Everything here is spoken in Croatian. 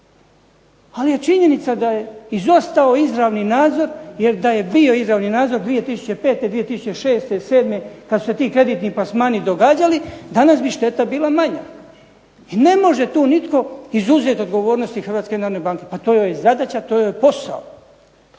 Ali je činjenica da je izostao izravni nadzor, jer da je bio izravni nadzor 2005., 2006., sedme kada su se ti kreditni plasmani događali, danas bi šteta bila manja. I ne može tu nitko izuzet iz odgovornosti Hrvatske narodne banke. Pa to joj je zadaća, to joj je posao.